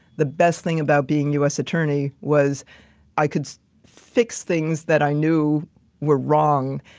the best thing about being us attorney was i could fix things that i knew were wrong,